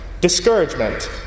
discouragement